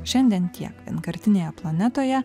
šiandien tie vienkartinėje planetoje